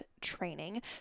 training